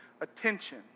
attention